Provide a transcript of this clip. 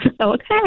Okay